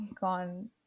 gone